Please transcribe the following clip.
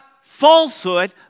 falsehood